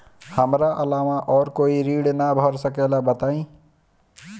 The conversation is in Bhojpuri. हमरा अलावा और कोई ऋण ना भर सकेला बताई?